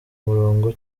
murongo